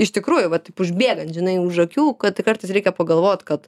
iš tikrųjų va taip užbėgant žinai už akių kad kartais reikia pagalvot kad